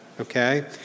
okay